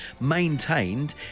maintained